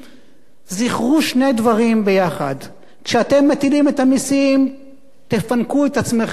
זכרו שני דברים יחד: כשאתם מטילים את המסים תפנקו את עצמכם במשפט: